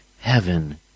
heaven